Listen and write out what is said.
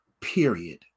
period